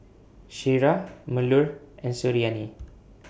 Syirah Melur and Suriani